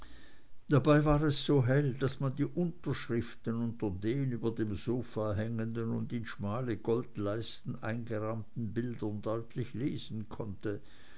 dabei war es so hell daß man die unterschriften unter den über dem sofa hängenden und in schmale goldleisten eingerahmten bildern deutlich lesen konnte